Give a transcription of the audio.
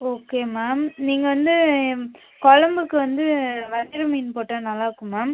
okay ma'am நீங்கள் வந்து குழம்புக்கு வந்து வஞ்சரம் மீன் போட்டால் நல்லாயிருக்கும் மேம்